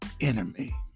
enemy